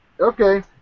Okay